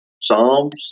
Psalms